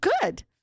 Good